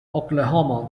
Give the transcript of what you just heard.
oklahoma